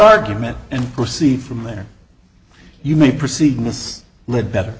argument and proceed from there you may proceed with us live better